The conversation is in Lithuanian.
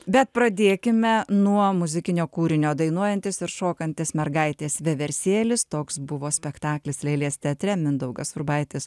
bet pradėkime nuo muzikinio kūrinio dainuojantis ir šokantis mergaitės vieversėlis toks buvo spektaklis lėlės teatre mindaugas urbaitis